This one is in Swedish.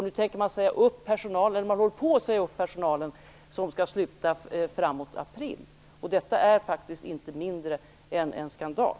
Nu håller man på att säga upp personalen, och den skall sluta i april. Detta är faktiskt inte någonting mindre än en skandal.